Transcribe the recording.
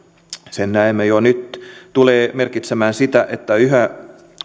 sen näemme jo nyt tulee merkitsemään sitä että yhä